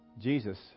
Jesus